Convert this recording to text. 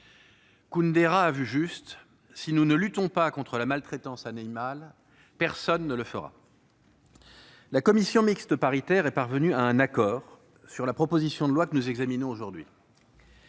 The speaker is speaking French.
Kundera a vu juste. Si nous ne luttons pas contre la maltraitance animale, personne ne le fera. La commission mixte paritaire est parvenue à un accord sur la proposition de loi que nous examinons aujourd'hui.